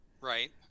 Right